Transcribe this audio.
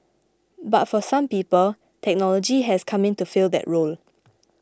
but for some people technology has come in to fill that role